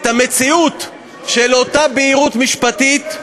את המציאות של אותה בהירות משפטית,